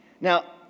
Now